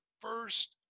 first